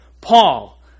Paul